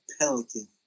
Pelican